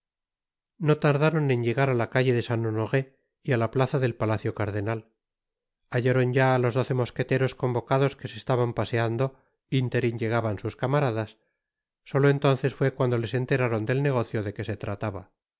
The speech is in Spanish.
no tardaron eo llegar á la calle de saint honoré y á la plaza del palaciocardenal hallaron ya á los doce mosqueteros convocados que se estaban paseando interin llegaban sus camaradas solo entonces fué cuando les enteraron del negocio de que se trataba